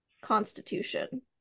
constitution